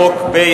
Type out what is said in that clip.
הצעת חוק פ/1988,